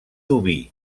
oví